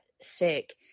sick